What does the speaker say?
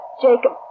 Jacob